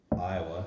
Iowa